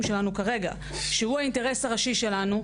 שלנו כרגע שהוא האינטרס הראשי שלנו,